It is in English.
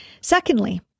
Secondly